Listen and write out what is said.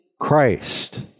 Christ